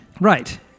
Right